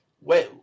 Well